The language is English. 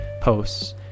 posts